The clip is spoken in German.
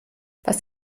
was